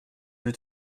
veux